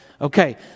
Okay